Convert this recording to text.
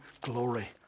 glory